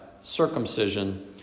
circumcision